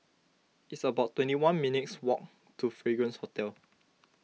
it's about twenty one minutes' walk to Fragrance Hotel